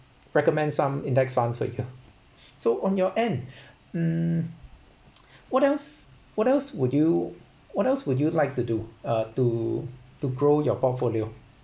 recommend some index funds for you so on your end mm what else what else would you what else would you like to do uh to to grow your portfolio